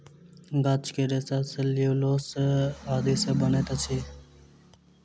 गाछ के रेशा सेल्यूलोस आदि सॅ बनैत अछि